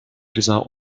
dieser